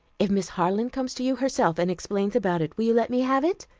if miss harland comes to you herself and explains about it, will you let me have it?